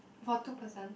for two person